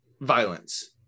violence